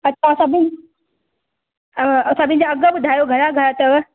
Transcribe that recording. अच्छा सभिनि सभिनि जा अघि ॿुधायो घणा घणा अथव